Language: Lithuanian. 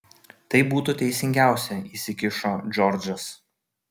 tai būtų teisingiausia įsikišo džordžas